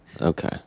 Okay